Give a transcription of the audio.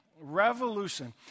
revolution